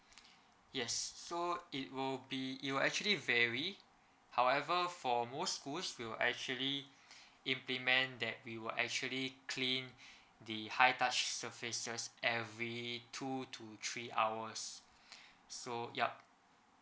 yes so it will be it will actually vary however for most schools we'll actually implement that we will actually clean the high touched surfaces every two to three hours so yup